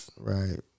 Right